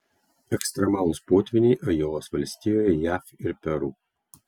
ekstremalūs potvyniai ajovos valstijoje jav ir peru